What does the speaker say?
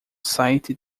site